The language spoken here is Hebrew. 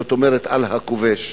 זאת אומרת על הכובש.